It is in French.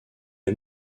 est